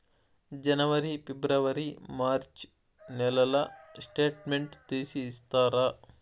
జనవరి, ఫిబ్రవరి, మార్చ్ నెలల స్టేట్మెంట్ తీసి ఇస్తారా?